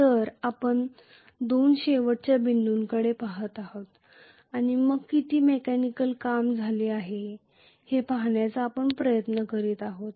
तर आपण दोन शेवटच्या बिंदूंकडे पहात आहोत आणि मग किती मेकॅनिकल काम झाले आहे ते पाहण्याचा आपण प्रयत्न करीत आहोत